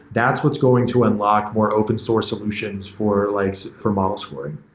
that's what's going to unlock more open source solutions for like for model scoring.